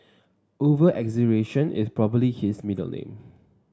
over exaggeration is probably his middle name